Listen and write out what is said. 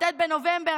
כ"ט בנובמבר,